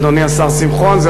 אדוני השר שמחון.